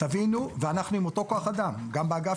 אבל אנחנו עם אותו כוח אדם,